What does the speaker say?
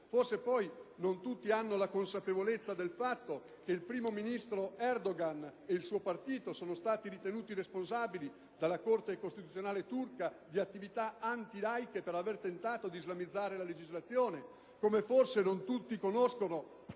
Forse non tutti hanno la consapevolezza del fatto che il primo ministro Erdogan ed il suo partito sono stati ritenuti responsabili dalla Corte costituzionale turca di attività antilaiche per aver tentato di islamizzare la legislazione. Come forse non tutti conoscono